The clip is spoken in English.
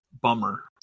Bummer